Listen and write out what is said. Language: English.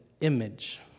image